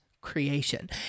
creation